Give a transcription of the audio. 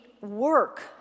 work